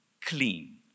clean